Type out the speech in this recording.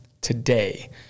today